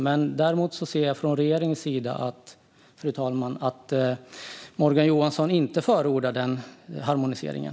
Jag ser att regeringen och Morgan Johansson inte förordar den harmoniseringen.